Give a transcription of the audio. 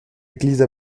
église